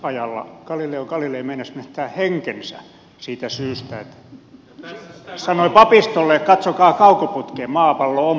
keskiajalla galileo galilei meinasi menettää henkensä siitä syystä että sanoi papistolle että katsokaa kaukoputkeen maapallo on pyöreä